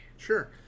Sure